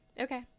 Okay